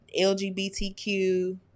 lgbtq